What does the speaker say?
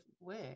work